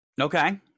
Okay